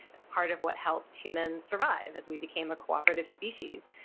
it's part of what helped humans survive as we became a cooperative species.